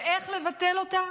ואיך לבטל אותה?